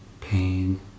pain